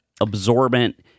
absorbent